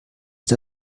ist